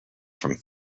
from